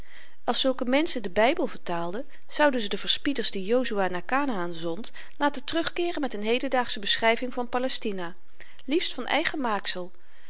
als zulke menschen den bybel vertaalden zouden ze de verspieders die jozua naar kanaän zond laten terugkeeren met n hedendaagsche beschryving van palestina liefst van eigen maaksel